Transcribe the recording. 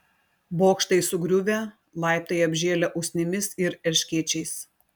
bokštai sugriuvę laiptai apžėlę usnimis ir erškėčiais